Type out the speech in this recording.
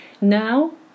Now